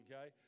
okay